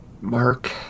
Mark